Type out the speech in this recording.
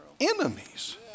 Enemies